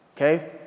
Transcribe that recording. Okay